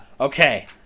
Okay